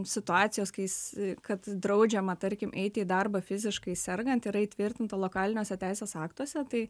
situacijos kai jis kad draudžiama tarkim eiti į darbą fiziškai sergant yra įtvirtinta lokaliniuose teisės aktuose tai